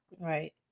right